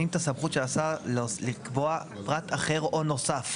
את הסמכות של השר לקבוע פרט אחר או נוסף.